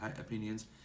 opinions